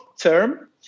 term